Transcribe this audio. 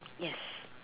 yes